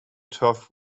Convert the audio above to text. turf